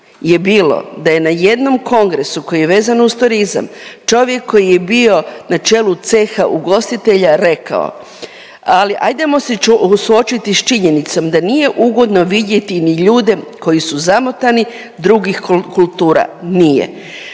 je bilo da je na jednom kongresu koji je vezan uz turizam, čovjek koji je bio na čelu ceha ugostitelja rekao, ali ajdemo se suočiti s činjenicom da nije ugodno vidjeti ni ljude koji su zamotani, drugih kultura, nije.